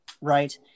Right